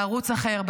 בערוץ אחר,